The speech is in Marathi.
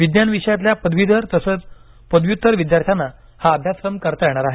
विज्ञान विषयातल्या पदवीधर तसंच पदव्युत्तर विद्यार्थ्यांना हा अभ्यासक्रम करता येणार आहे